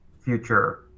future